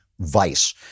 Vice